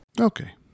Okay